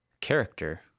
character